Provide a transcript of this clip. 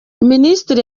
minisitiri